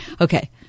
Okay